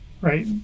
right